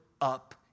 up